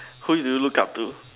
who do you look up to